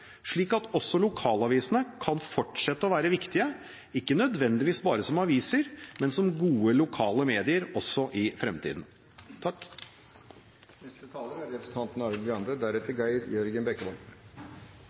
slik at også lokalavisene kan fortsette å være viktige, ikke nødvendigvis bare som aviser, men gode lokale medier også i fremtiden.